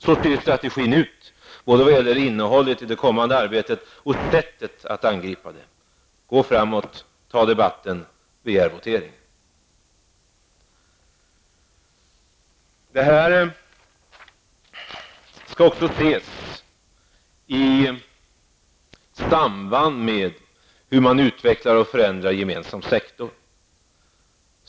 Så ser alltså strategin ut i fråga om innehållet i det kommande arbetet och sättet att gripa sig an det: gå framåt, för debatt och begär votering. Det här skall också ses i samband med hur man utvecklar och förändrar den gemensamma sektorn.